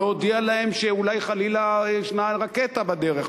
להודיע להם שאולי חלילה יש רקטה בדרך.